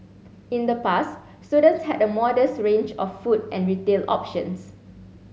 in the past students had a modest range of food and retail options